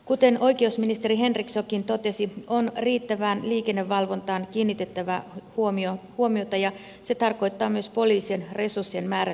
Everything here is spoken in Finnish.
kuten oikeusministeri henrikssonkin totesi on riittävään liikennevalvontaan kiinnitettävä huomiota ja se tarkoittaa myös poliisin resurssien määrän lisäämistä